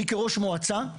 אני כראש מועצה,